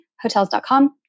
Hotels.com